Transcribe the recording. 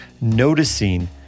noticing